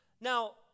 Now